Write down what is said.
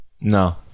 No